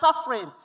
suffering